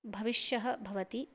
भविष्याः भवन्ति